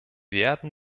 werden